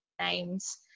names